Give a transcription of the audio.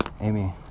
Amy